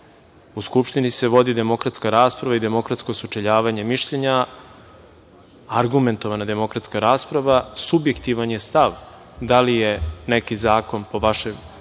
Skupštini se vodi demokratska rasprava i demokratsko sučeljavanje mišljenja, argumentovana demokratska rasprava. Subjektivan je stav da li je neki zakon po vašem